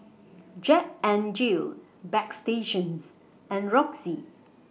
Jack N Jill Bagstationz and Roxy